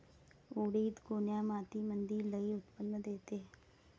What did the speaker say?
उडीद कोन्या मातीमंदी लई उत्पन्न देते?